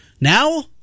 Now